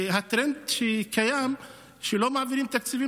הטרנד שקיים הוא שלא מעבירים תקציבים